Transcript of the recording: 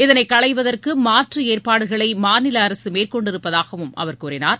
இதனை களைவதற்கு மாற்று ஏற்பாடுகளை மாநில அரசு மேற்கொண்டிருப்பதாகவும் அவர் கூறினார்